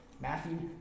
Matthew